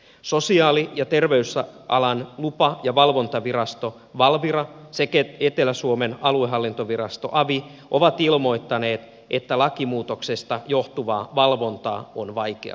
sosiaali ja terveysalan lupa ja valvontavirasto valvira sekä etelä suomen aluehallintovirasto avi ovat ilmoittaneet että lakimuutoksesta johtuvaa valvontaa on vaikea suorittaa